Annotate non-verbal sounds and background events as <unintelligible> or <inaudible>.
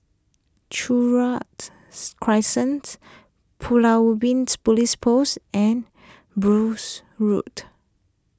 <unintelligible> Crescent Pulau Ubin <unintelligible> Police Post and <unintelligible> Road